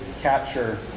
capture